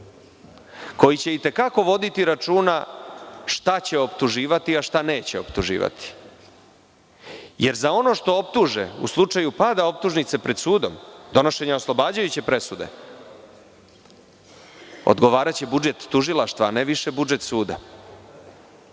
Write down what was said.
koji će i te kako voditi računa šta će optuživati a šta neće optuživati. Jer, za ono što optuže, u slučaju pada optužnice pred sudom, donošenja oslobađajuće presude, odgovaraće budžet tužilaštva a ne više budžet suda.